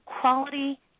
quality